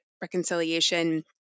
reconciliation